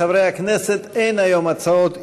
חברי הכנסת, אין היום הצעות אי-אמון.